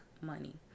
money